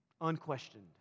unquestioned